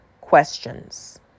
questions